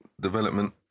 development